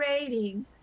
rating